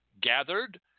gathered